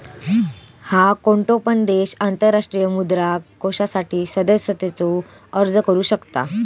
हा, कोणतो पण देश आंतरराष्ट्रीय मुद्रा कोषासाठी सदस्यतेचो अर्ज करू शकता